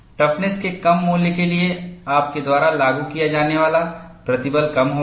toughness के कम मूल्य के लिए आपके द्वारा लागू किया जाने वाला प्रतिबल कम होगा